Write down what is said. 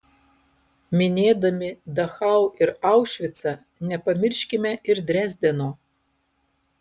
minėdami dachau ar aušvicą nepamirškime ir drezdeno